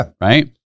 right